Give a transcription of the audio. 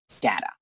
data